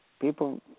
people